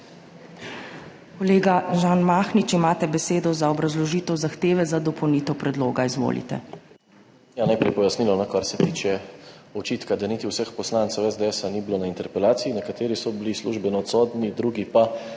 Kolega Žan Mahnič, imate besedo za obrazložitev zahteve za dopolnitev predloga. Izvolite. **ŽAN MAHNIČ (PS SDS):** Najprej pojasnilo, kar se tiče očitka, da niti vseh poslancev SDS ni bilo na interpelaciji. Nekateri so bili službeno odsotni, drugi pa